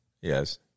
Yes